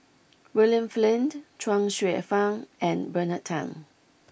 William Flint Chuang Hsueh Fang and Bernard Tan